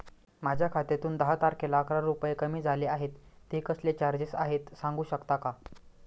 माझ्या खात्यातून दहा तारखेला अकरा रुपये कमी झाले आहेत ते कसले चार्जेस आहेत सांगू शकता का?